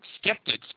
skeptics